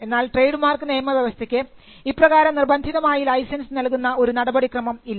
എന്നാൽ trade mark നിയമവ്യവസ്ഥയ്ക്ക് ഇപ്രകാരം നിർബന്ധിതമായി ലൈസൻസ് നൽകുന്ന ഒരു നടപടിക്രമം ഇല്ല